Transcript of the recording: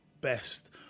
best